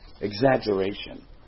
exaggeration